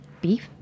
beef